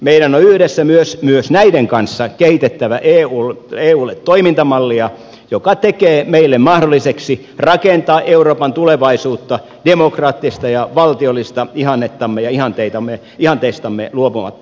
meidän on yhdessä myös näiden kanssa kehitettävä eulle toimintamallia joka tekee meille mahdolliseksi rakentaa euroopan tulevaisuutta demokraattisista ja valtiollisista ihanteistamme luopumatta